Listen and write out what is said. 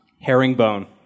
herringbone